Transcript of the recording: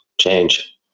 change